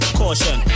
caution